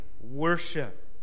worship